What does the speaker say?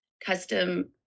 custom